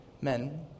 men